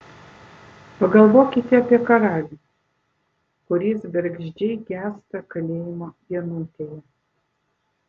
pagalvokite apie karalių kuris bergždžiai gęsta kalėjimo vienutėje